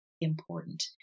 important